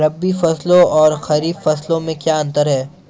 रबी फसलों और खरीफ फसलों में क्या अंतर है?